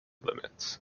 limits